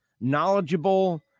knowledgeable